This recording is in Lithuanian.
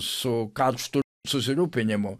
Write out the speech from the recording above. su karštu susirūpinimu